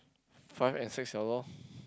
five and six [liao] lor